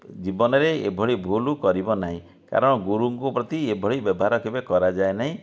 ଜୀବନରେ ଏଭଳି ଭୁଲ କରିବ ନାହିଁ କାରଣ ଗୁରୁଙ୍କ ପ୍ରତି ଏଭଳି ବ୍ୟବହାର କେବେ କରାଯାଏ ନାହିଁ